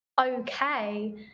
okay